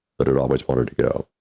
but it always wanted to go,